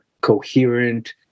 coherent